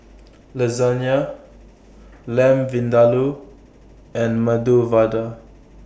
Lasagne Lamb Vindaloo and Medu Vada